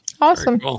Awesome